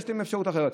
ויש להם אפשרות אחרת.